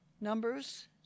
Numbers